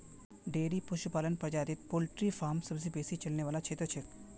dairy पशुपालन प्रजातित poultry farm सबसे बेसी चलने वाला क्षेत्र छिके